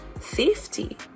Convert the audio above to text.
safety